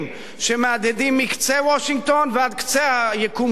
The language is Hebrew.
שמהדהדים מקצה וושינגטון ועד קצה היקום כולו,